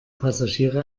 passagiere